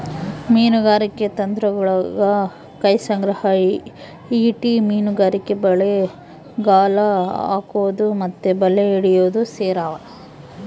ಮೀನುಗಾರಿಕೆ ತಂತ್ರಗುಳಗ ಕೈ ಸಂಗ್ರಹ, ಈಟಿ ಮೀನುಗಾರಿಕೆ, ಬಲೆ, ಗಾಳ ಹಾಕೊದು ಮತ್ತೆ ಬಲೆ ಹಿಡಿಯೊದು ಸೇರಿವ